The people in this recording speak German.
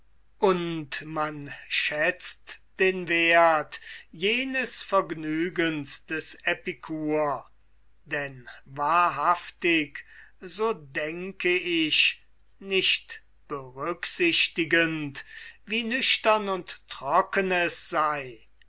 und man schätzt den werth jenes vergnügens des epikur denn wahrhaftig so denke ich nicht wie nüchtern und trocken es sei